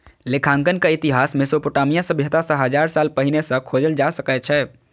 लेखांकनक इतिहास मोसोपोटामिया सभ्यता सं हजार साल पहिने सं खोजल जा सकै छै